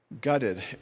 gutted